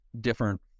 different